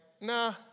nah